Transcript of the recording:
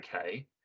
okay